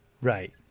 Right